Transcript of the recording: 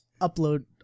upload